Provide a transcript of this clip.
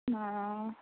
हँ